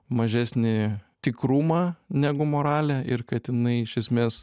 mažesnį tikrumą negu moralė ir kad inai iš esmės